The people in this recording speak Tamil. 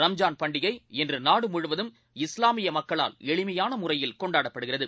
ரம்ஜான் பண்டிகை இன்றுநாடுமுழுவதும் இஸ்லாமியமக்களால் எளிமையானமுறையில் கொண்டாடப்படுகிறது